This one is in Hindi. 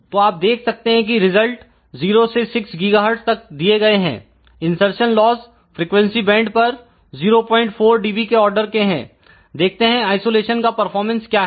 तो आप देख सकते हैं कि रिजल्ट 0 से 6 GHz तक दिए गए हैं इनसरसन लॉस फ्रिकवेंसी बैंड पर 04dB के आर्डर के हैं देखते हैं आइसोलेशन का परफॉर्मेंस क्या है